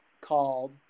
called